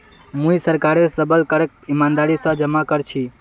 मुई सरकारेर सबल करक ईमानदारी स जमा कर छी